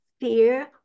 fear